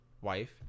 wife